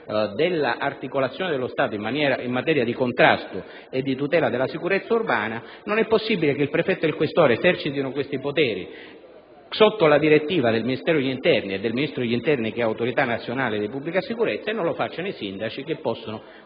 dell'articolazione dello Stato in materia di contrasto e di tutela della sicurezza urbana, non è possibile che il prefetto e il questore esercitino questi poteri sotto la direttiva del Ministro dell'interno (che è autorità nazionale di pubblica sicurezza) e non altrettanto i sindaci, che con